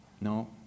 No